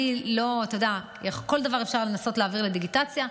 אתה יודע, כל דבר אפשר לנסות להעביר לדיגיטציה.